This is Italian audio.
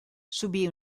subì